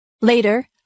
later